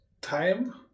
time